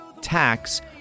tax